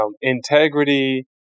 integrity